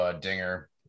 dinger